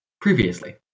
Previously